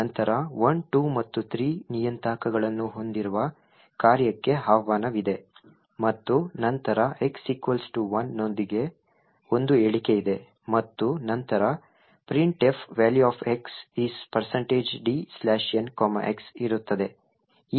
ನಂತರ 1 2 ಮತ್ತು 3 ನಿಯತಾಂಕಗಳನ್ನು ಹೊಂದಿರುವ ಕಾರ್ಯಕ್ಕೆ ಆಹ್ವಾನವಿದೆ ಮತ್ತು ನಂತರ x 1 ನೊಂದಿಗೆ ಒಂದು ಹೇಳಿಕೆಯಿದೆ ಮತ್ತು ನಂತರ printf"Value of X is dn"x ಇರುತ್ತದೆ